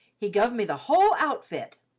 he guv' me the whole outfit.